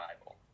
Bible